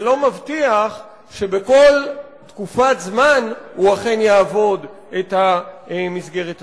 זה לא מבטיח שבכל תקופת זמן הוא אכן יעבוד את המסגרת הזאת.